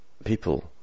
people